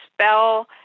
spell